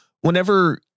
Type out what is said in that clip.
whenever